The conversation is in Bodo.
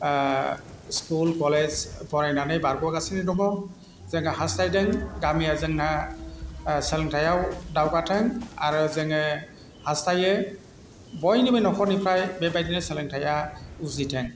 स्कुल कलेज फरायनानै बारगगासिनो दङ जोङो हास्थायदों गामिया जोंना सोलोंथायाव दावगाथों आरो जोङो हास्थायो बयनिबो न'खरनिफ्राय बेबायदिनो सोलोंथाया उजिथों